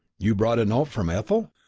you brought a note from ethel?